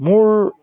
মোৰ